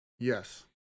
Yes